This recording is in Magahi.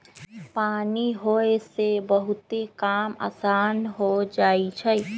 पानी होय से बहुते काम असान हो जाई छई